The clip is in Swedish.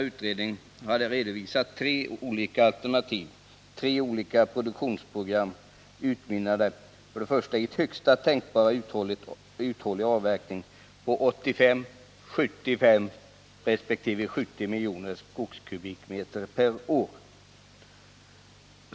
Utredningen hade redovisat tre alternativa produktionsprogram, utmynnande i en högsta tänkbara uthållig avverkning på 85, 75 resp. 70 miljoner skogskubikmeter per år.